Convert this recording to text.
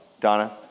Donna